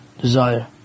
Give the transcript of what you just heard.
desire